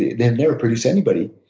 they've never produced anybody.